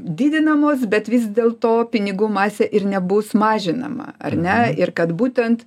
didinamos bet vis dėl to pinigų masė ir nebus mažinama ar ne ir kad būtent